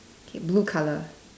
K blue color